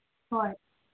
ꯍꯣꯏ